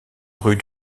rue